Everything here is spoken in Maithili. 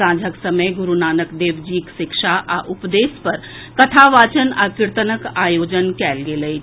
सांझक समय गुरूनानक देव जीक शिक्षा आ उपदेश पर कथावाचन आ कीर्तनक आयोजन कयल गेल अछि